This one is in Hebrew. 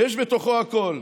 ויש בתוכו הכול,